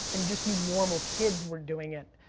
and just knew normal kids were doing it.